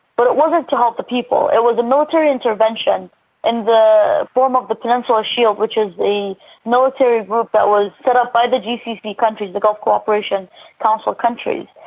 but it wasn't to help the people it was a military intervention in the form of the peninsula shield, which is the military group that was set up by the gcc countries, the gulf cooperation council countries,